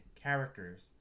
characters